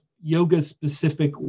yoga-specific